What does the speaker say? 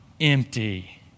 empty